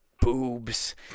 boobs